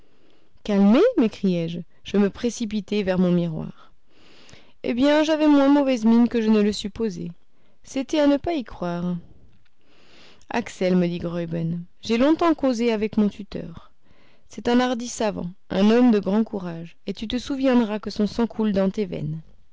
calmé calmé m'écriai-je je me précipitai vêts mon miroir eh bien j'avais moins mauvaise mine que je ne le supposais c'était à n'y pas croire axel me dit graüben j'ai longtemps causé avec mon tuteur c'est un hardi savant un homme de grand courage et tu te souviendras que son sang coule dans tes veines